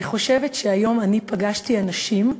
אני חושבת שהיום אני פגשתי אנשים,